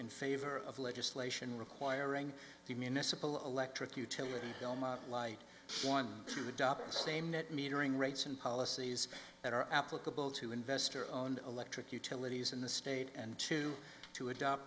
in favor of legislation requiring the municipal electric utility bill not light one to adopt the same net metering rates and policies that are applicable to investor owned electric utilities in the state and two to adopt